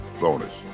bonus